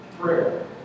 prayer